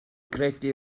credu